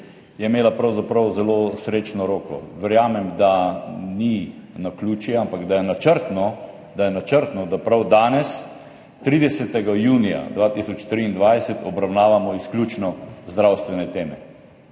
je imela pravzaprav zelo srečno roko. Verjamem, da ni naključje, ampak da je načrtno, da je načrtno, da prav danes, 30. junija 2023, obravnavamo izključno zdravstvene teme.